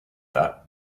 that